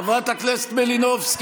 36 שרים --- חברת הכנסת מלינובסקי.